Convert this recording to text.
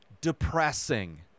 depressing